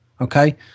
Okay